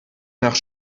nach